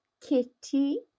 Kitty